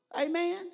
Amen